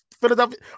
Philadelphia